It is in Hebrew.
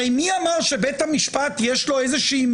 הרי מי אמר שלבית המשפט יש מומחיות